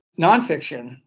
nonfiction –